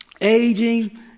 Aging